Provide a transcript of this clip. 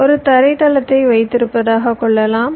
ஒரு தரைத்தளத்தை வைத்திருப்பதாக கொள்ளலாம்